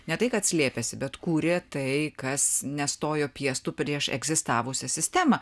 ne tai kad slėpėsi bet kūrė tai kas nestojo piestu prieš egzistavusią sistemą